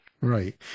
Right